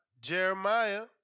Jeremiah